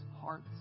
hearts